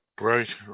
Right